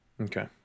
Okay